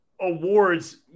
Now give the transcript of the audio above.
awards